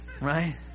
Right